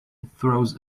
throws